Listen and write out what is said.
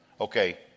Okay